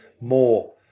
more